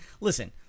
listen